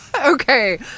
Okay